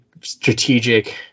strategic